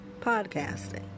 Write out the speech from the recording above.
Podcasting